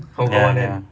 ya lah